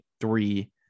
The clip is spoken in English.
three